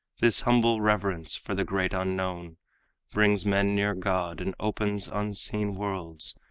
this humble reverence for the great unknown brings men near god, and opens unseen worlds,